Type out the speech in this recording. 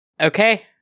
Okay